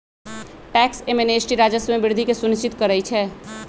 tax amnesty राजस्व में वृद्धि के सुनिश्चित करइ छै